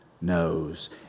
knows